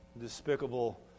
despicable